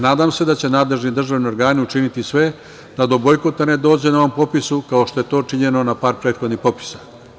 Nadam se da će državni organi učiniti sve da do bojkota ne dođe na ovom popisu, kao što je to činjeno na par prethodnih popisa.